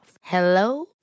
Hello